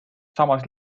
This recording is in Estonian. samas